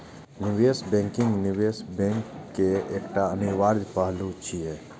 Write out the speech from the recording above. निवेश बैंकिंग निवेश बैंक केर एकटा अनिवार्य पहलू छियै